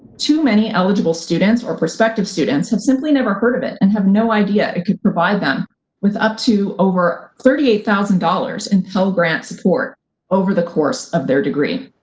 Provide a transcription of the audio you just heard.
too many eligible students or prospective students have simply never heard of it and have no idea it could provide them with up to over thirty eight thousand dollars in pell grant support over the course of their degree.